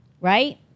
Right